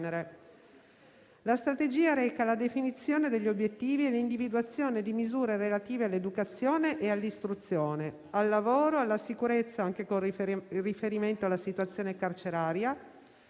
La strategia reca la definizione degli obiettivi e l'individuazione di misure relative all'educazione e all'istruzione, al lavoro e alla sicurezza, anche con riferimento alla situazione carceraria,